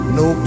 no